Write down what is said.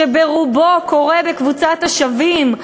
שרובן בקבוצת השווים,